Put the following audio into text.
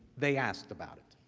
they asked about it.